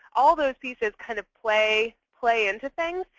all those pieces kind of play play into things,